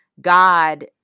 God